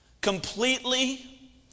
Completely